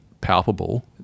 palpable